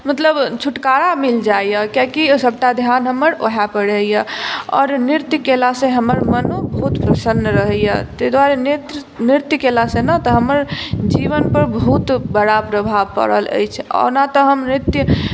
मतलब छुटकारा मिल जाइए कियाकि सभटा ध्यान हमरा उएहपर रहैए आओर नृत्य केलासँ हमर मोनो बहुत प्रसन्न रहैए ताहि दुआरे नृत्य केलासँ ने तऽ हमर जीवनपर बहुत बड़ा प्रभाव पड़ल अछि ओना तऽ हम नृत्य